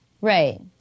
Right